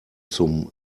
zum